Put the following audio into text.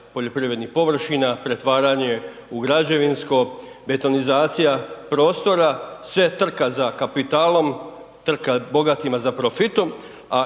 poljoprivrednih površina, pretvaranje u građevinsko, betonizacija prostora, sve trka za kapitalom, trka bogatima za profitom,